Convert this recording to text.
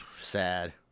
sad